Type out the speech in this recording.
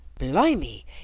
blimey